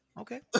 Okay